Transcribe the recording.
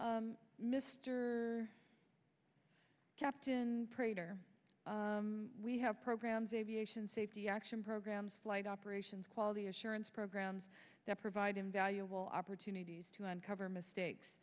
mister captain we have programs aviation safety action programs flight operations quality assurance programs that provide invaluable opportunities to on cover mistakes